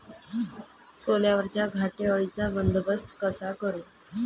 सोल्यावरच्या घाटे अळीचा बंदोबस्त कसा करू?